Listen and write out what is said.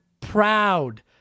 proud